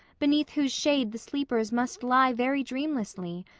beneath whose shade the sleepers must lie very dreamlessly,